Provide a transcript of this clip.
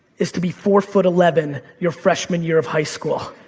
is to be four four eleven your freshman year of high school.